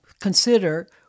consider